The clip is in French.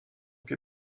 que